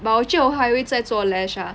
but 我觉得我会还会再做 lash ah